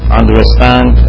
understand